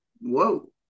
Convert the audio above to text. Whoa